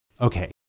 Okay